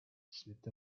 slipped